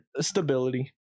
Stability